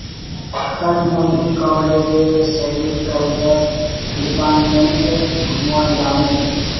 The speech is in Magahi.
कल मुई कॉलेजेर सेरीकल्चर डिपार्टमेंट घूमवा जामु